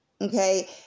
Okay